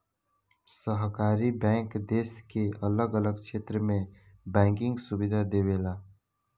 सहकारी बैंक देश के अलग अलग क्षेत्र में बैंकिंग सुविधा देवेला